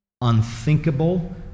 unthinkable